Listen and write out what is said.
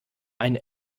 einen